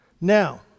Now